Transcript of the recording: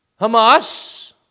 Hamas